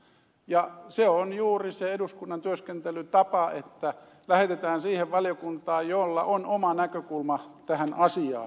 ja se on juuri se eduskunnan työskentelytapa että lähetetään siihen valiokuntaan jolla on oma näkökulma tähän asiaan